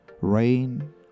Rain